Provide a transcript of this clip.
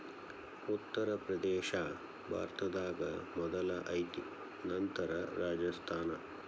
ಉತ್ತರ ಪ್ರದೇಶಾ ಭಾರತದಾಗ ಮೊದಲ ಐತಿ ನಂತರ ರಾಜಸ್ಥಾನ